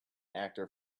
actor